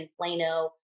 Plano